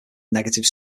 negative